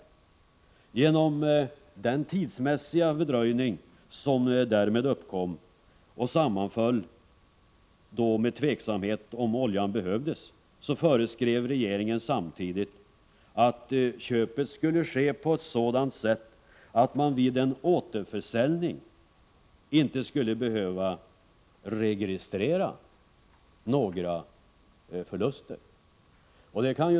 Till följd av den tidsmässiga fördröjning som därmed uppkom, vilken sammanföll med tveksamhet om oljan behövdes, föreskrev regeringen att uppköpet skulle ske på ett sådant sätt att man vid en återförsäljning inte skulle behöva registrera några förluster.